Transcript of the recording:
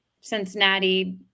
Cincinnati